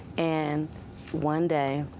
and one day,